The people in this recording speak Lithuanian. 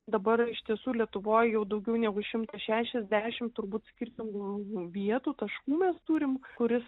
dabar iš tiesų lietuvoj jau daugiau negu šimtas šešiasdešim turbūt skirtingų vietų taškų mes turim kuris